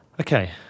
Okay